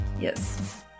Yes